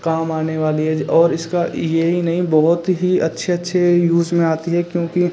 काम आने वाली है और इसका यह ही नहीं बहुत ही अच्छे अच्छे यूज में आती है क्योंकि